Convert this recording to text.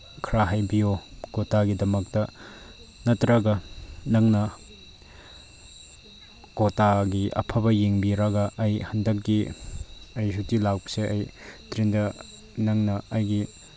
ꯈꯔ ꯍꯥꯏꯕꯤꯌꯣ ꯀꯣꯇꯥꯒꯤꯗꯃꯛꯇ ꯅꯠꯇ꯭ꯔꯒ ꯅꯪꯅ ꯀꯣꯇꯥꯒꯤ ꯑꯐꯕ ꯌꯦꯡꯕꯤꯔꯒ ꯑꯩ ꯍꯟꯗꯛꯀꯤ ꯑꯩ ꯁꯨꯇꯤ ꯂꯥꯛꯄꯁꯦ ꯑꯩ ꯇ꯭ꯔꯦꯟꯗ ꯅꯪꯅ ꯑꯩꯒꯤ